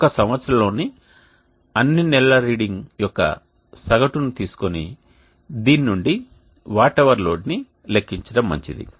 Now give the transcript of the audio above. ఒక సంవత్సరంలోని అన్ని నెలల రీడింగ్ యొక్క సగటును తీసుకొని దీని నుండి వాట్ అవర్ లోడ్ని లెక్కించడం మంచిది